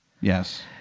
Yes